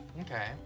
Okay